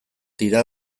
dira